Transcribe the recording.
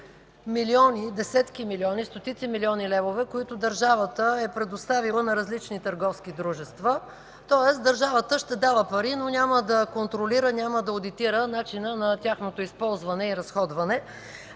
милиони, десетки милиони, стотици милиони левове, които държавата е предоставила на различни търговски дружества. Тоест държавата ще дава пари, но няма да контролира, няма да одитира начина на тяхното използване и разходване.